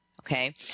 Okay